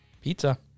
pizza